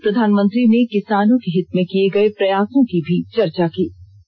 इस दौरान प्रधानमंत्री ने किसानों के हित में किये गये प्रयासों की भी चर्चा की